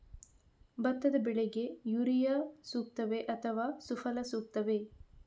ಭತ್ತದ ಬೆಳೆಗೆ ಯೂರಿಯಾ ಸೂಕ್ತವೇ ಅಥವಾ ಸುಫಲ ಸೂಕ್ತವೇ?